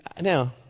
Now